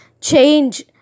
change